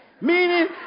Meaning